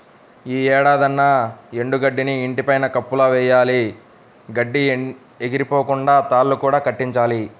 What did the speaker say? యీ ఏడాదన్నా ఎండు గడ్డిని ఇంటి పైన కప్పులా వెయ్యాల, గడ్డి ఎగిరిపోకుండా తాళ్ళు కూడా కట్టించాలి